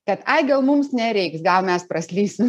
kad ai gal mums nereiks gal mes praslysim